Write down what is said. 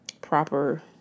proper